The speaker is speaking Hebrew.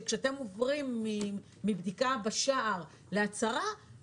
כשאתם עוברים מבדיקה בשער להצהרה,